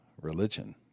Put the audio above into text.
religion